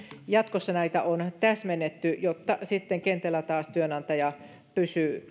jatkossa näitä on täsmennetty jotta sitten kentällä taas työnantaja pysyy